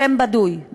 שם בדוי,